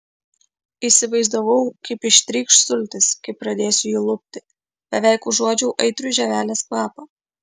įsivaizdavau kaip ištrykš sultys kai pradėsiu jį lupti beveik užuodžiau aitrų žievelės kvapą